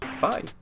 bye